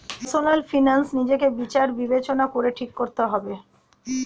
personal finance নিজেকে বিচার বিবেচনা করে ঠিক করতে হবে